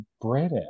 British